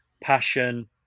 passion